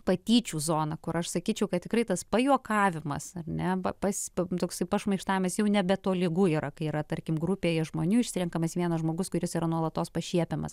patyčių zoną kur aš sakyčiau kad tikrai tas pajuokavimas ar ne pas toksai pašmaikštavimas jau nebetolygu yra kai yra tarkim grupėje žmonių išsirenkamas vienas žmogus kuris yra nuolatos pašiepiamas